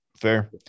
fair